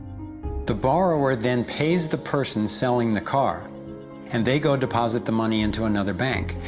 the borrower then pays the person selling the car and they go deposit the money into another bank,